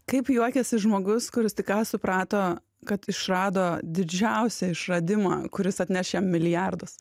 kaip juokiasi žmogus kuris tik ką suprato kad išrado didžiausią išradimą kuris atnešė milijardus